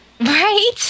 Right